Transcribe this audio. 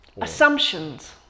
Assumptions